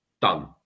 done